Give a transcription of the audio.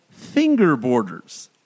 fingerboarders